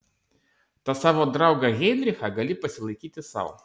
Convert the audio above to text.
tą savo draugą heinrichą gali pasilaikyti sau